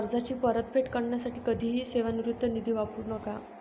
कर्जाची परतफेड करण्यासाठी कधीही सेवानिवृत्ती निधी वापरू नका